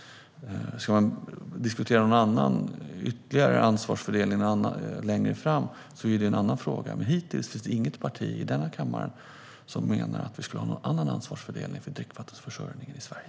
Ska man diskutera någon annan ansvarsfördelning längre fram är det en annan fråga. Men hittills finns det inget parti i denna kammare som menar att vi ska ha en annan ansvarsfördelning för dricksvattenförsörjningen i Sverige.